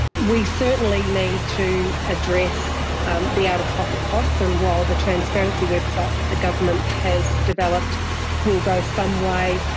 we certainly need to address um the out-of-pocket costs, and while the transparency website that the government has developed will go some way,